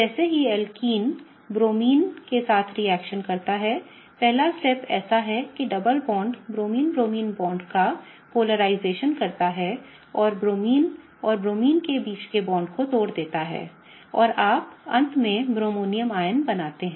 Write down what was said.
जैसा ही alkene bromine के साथ रिएक्शन करता है पहला स्टेप ऐसा है कि double bond bromine bromine bond का ध्रुवीकरण करता है और ब्रोमीन और ब्रोमीन के बीच के बांड को तोड़ देता है और आप अंत में एक ब्रोनोनियम आयन बनाते हैं